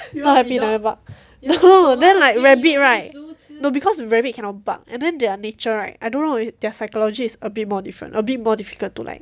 not happy then they bark you know then like rabbit right no because rabbit cannot bark and then their nature right I don't know if their psychology is a bit more different a bit more difficult to like